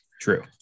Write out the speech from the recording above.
True